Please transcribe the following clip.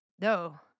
No